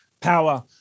power